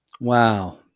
wow